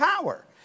power